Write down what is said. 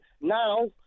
Now